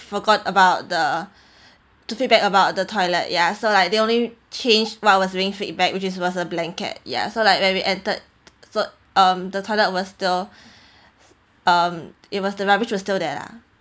forgot about the to feedback about the toilet ya so like they only changed what I was doing feedback which is was a blanket ya so like when we entered so um the toilet was still um it was the rubbish was still there lah